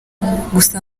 gusa